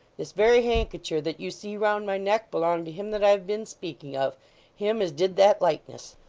this very handkecher that you see round my neck, belonged to him that i've been speaking of him as did that likeness